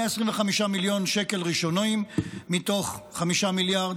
125 מיליון שקלים ראשונים מתוך 5 מיליארד,